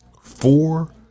Four